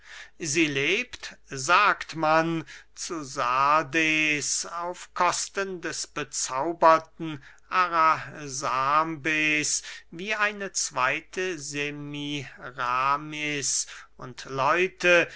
sie lebt sagt man zu sardes auf kosten des bezauberten arasambes wie eine zweyte semiramis und leute